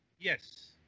Yes